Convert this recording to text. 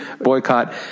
boycott